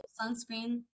sunscreen